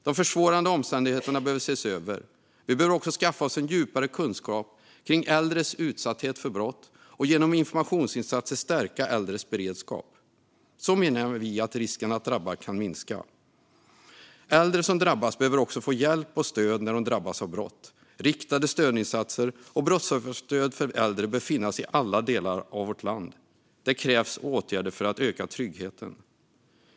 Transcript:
De försvårande omständigheterna behöver ses över. Vi behöver också skaffa en djupare kunskap om äldres utsatthet för brott och genom informationsinsatser stärka äldres beredskap. Så menar vi att risken att drabbas kan minska. Äldre som drabbas av brott behöver också få hjälp och stöd. Riktade stödinsatser och brottsofferstöd för äldre bör finnas i alla delar av vårt land. Det krävs åtgärder för att öka tryggheten.